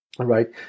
right